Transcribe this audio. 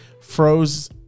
froze